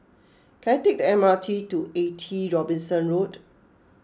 can I take the M R T to eighty Robinson Road